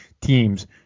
teams